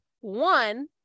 One